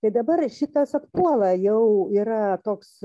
tai dabar šitas atpuola jau yra toks